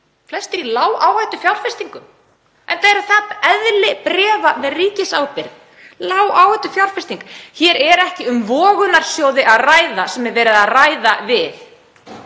flestir í lágáhættufjárfestingum, enda er það eðli bréfa með ríkisábyrgð, lágáhættufjárfesting. Hér er ekki um vogunarsjóði að ræða sem er verið að ræða við.